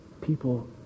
people